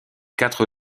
quatre